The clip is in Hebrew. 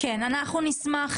ישראל, ולשמוע